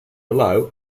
below